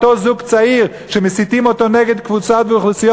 אותו זוג צעיר שמסיתים אותו נגד קבוצות אוכלוסייה